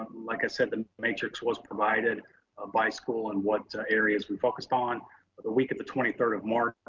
like i said, the matrix was provided ah by school and what areas we focused on but the week of the twenty third of march,